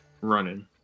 running